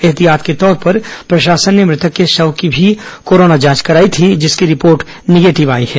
एहतियात के तौर पर प्रशासन ने मृतक के शव के भी कोरोना जांच कराई थी जिसकी रिपोर्ट निगेटिव आई है